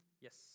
yes